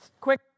Quick